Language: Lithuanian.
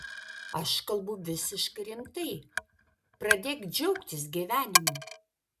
aš kalbu visiškai rimtai pradėk džiaugtis gyvenimu